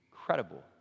Incredible